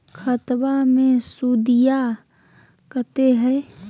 खतबा मे सुदीया कते हय?